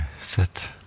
sit